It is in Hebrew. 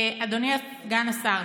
אדוני סגן השר,